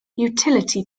utility